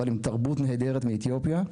אבל עם תרבות נהדרת מאתיופיה,